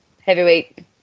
heavyweight